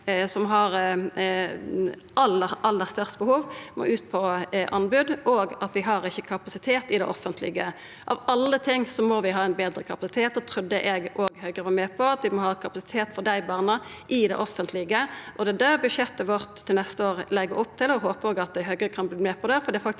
som har aller størst behov, må ut på anbod, og at vi ikkje har kapasitet i det offentlege. Av alle ting må vi ha betre kapasitet. Eg trudde òg Høgre var med på at vi må ha kapasitet for dei barna i det offentlege. Det er det budsjettet vårt til neste år legg opp til, og eg håpar at Høgre kan verta med på det,